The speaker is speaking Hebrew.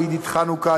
לעידית חנוכה,